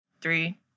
Three